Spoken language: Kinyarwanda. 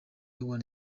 one